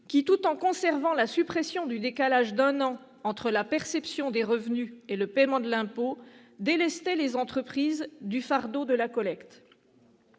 qui, tout en conservant la suppression du décalage d'un an entre la perception des revenus et le paiement de l'impôt, déleste les entreprises du fardeau de la collecte.